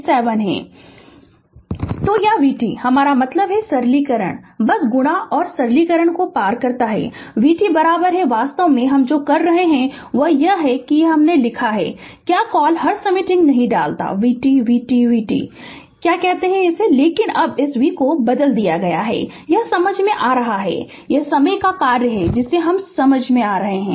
Refer Slide Time 0540 तो या vt मेरा मतलब है सरलीकरण बस गुणा और सरलीकरण को पार करता है vt वास्तव में हम जो कर रहे हैं वह यह है कि यह लिखा गया है क्या कॉल हर समय टिंग नहीं डालता है vt vt vt क्या कहते हैं लेकिन अब इस v को बदल दिया गया है यह समझ में आता है यह समय का कार्य है जिसे यह समझ में आता है